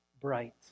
bright